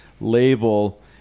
label